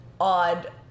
odd